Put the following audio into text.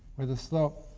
where the slope